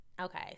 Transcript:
Okay